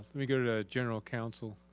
we go to the general counsel,